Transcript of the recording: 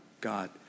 God